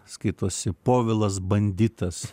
skaitosi povilas banditas